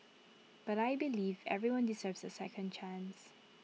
but I believe everyone deserves A second chance